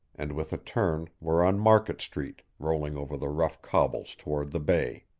and with a turn were on market street, rolling over the rough cobbles toward the bay.